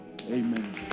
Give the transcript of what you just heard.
Amen